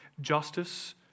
justice